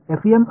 FEM आहे